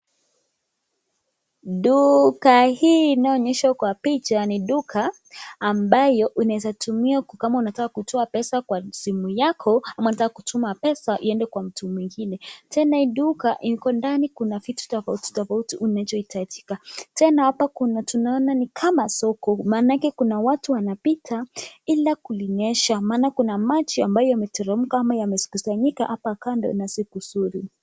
Duka hii inaonyeshwa kwa picha ni duka ambayo unaweza tumiwa kama unataka kutoa pesa kwa simu yako ama unataka kutuma pesa iende kwa mtu mwingine. Tena hii duka iko ndani kuna vitu tofauti tofauti unachoihitaji. Tena hapa tunaona ni kama soko maanake kuna watu wanapita ila kulinyesha maana kuna maji ambayo yametenguka ama yamesikuzanyika hapa kando na si kuzuri.